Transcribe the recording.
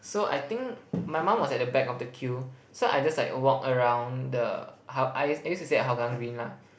so I think my mum was at the back of the queue so I just like walk around the how~ I I used to stay at Hougang Green lah